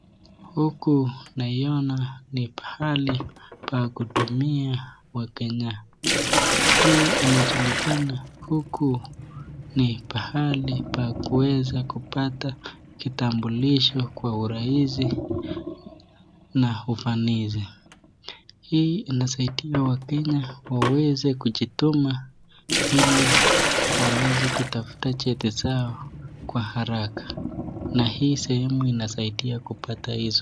Huku naiona ni pahali pa kutumia wakenya, huku ina julikana na wakenya ni pahali pa kupata kitambulisho na ufanisi, hii ina waisadia wakenya waweze kujituma ili waweze kupata cheti zao kwa haraka na hili sehemu ina saidia kupata cheti hizo.